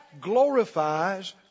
glorifies